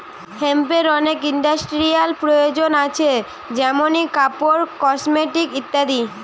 হেম্পের অনেক ইন্ডাস্ট্রিয়াল প্রয়োজন আছে যেমনি কাপড়, কসমেটিকস ইত্যাদি